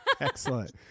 Excellent